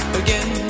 again